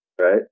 right